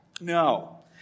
No